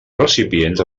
recipients